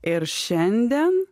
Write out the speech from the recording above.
ir šiandien